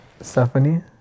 Stephanie